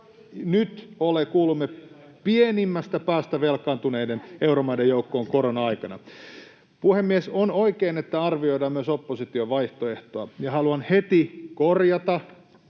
korona-aikana pienimmästä päästä velkaantuneiden euromaiden joukkoon. Puhemies! On oikein, että arvioidaan myös opposition vaihtoehtoa, ja haluan heti korjata